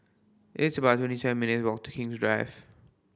it's about twenty seven minutes' walk to King's Drive